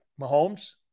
Mahomes